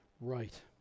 Right